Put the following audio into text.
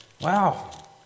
Wow